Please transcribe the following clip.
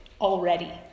already